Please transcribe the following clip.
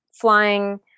Flying